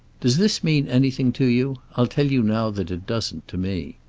does this mean anything to you? i'll tell you now that it doesn't, to me.